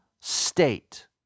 state